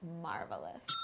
marvelous